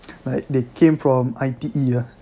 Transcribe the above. like they came from I_T_E ah